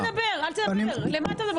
אני נמצא שם, לא אתה נמצא שם.